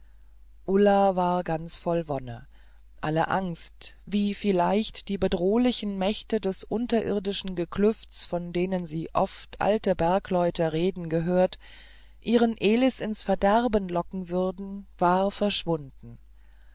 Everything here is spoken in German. ulla war ganz voll wonne alle angst wie vielleicht die bedrohlichen mächte des unterirdischen geklüfts von denen sie oft alte bergleute reden gehört ihren elis ins verderben locken würden war verschwunden